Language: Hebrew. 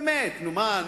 באמת, נו מה?